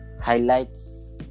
highlights